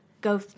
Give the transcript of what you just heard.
go